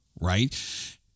right